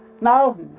Now